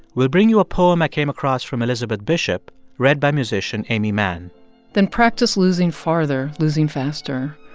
we'll bring you a poem i came across from elizabeth bishop read by musician aimee mann then practice losing farther, losing faster,